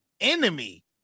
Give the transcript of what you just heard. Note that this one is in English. enemy